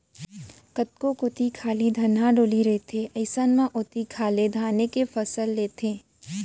कतको कोती खाली धनहा डोली रथे अइसन म ओती खाली धाने के फसल लेथें